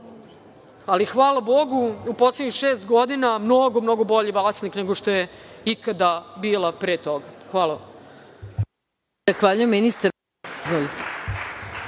ali hvala bogu u poslednjih šest godina mnogo bolji vlasnik nego što je ikada bila pre toga. Hvala vam.